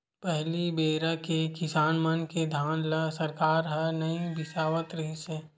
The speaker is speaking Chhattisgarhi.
पहली बेरा के किसान मन के धान ल सरकार ह नइ बिसावत रिहिस हे